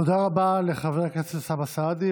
תודה רבה לחבר הכנסת אוסאמה סעדי,